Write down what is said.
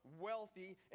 wealthy